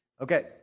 Okay